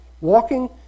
Walking